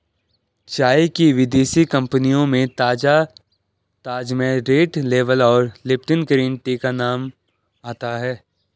चाय की विदेशी कंपनियों में ताजा ताजमहल रेड लेबल और लिपटन ग्रीन टी का नाम आता है